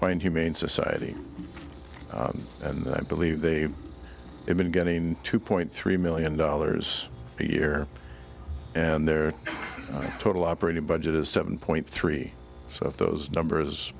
wind humane society and i believe they have been getting two point three million dollars a year and their total operating budget is seven point three so if those numbers